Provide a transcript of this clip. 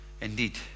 indeed